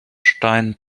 stein